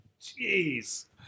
Jeez